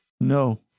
No